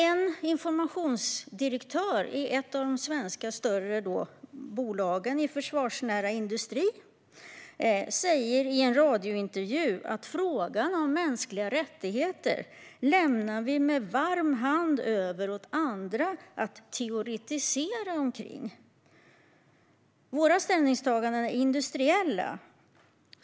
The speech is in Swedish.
En informationsdirektör i ett av de större svenska bolagen i försvarsnära industri sa i en radiointervju: Frågan om mänskliga rättigheter lämnar vi med varm hand över åt andra att teoretisera kring. Våra ställningstaganden är industriella.